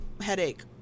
headache